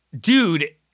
dude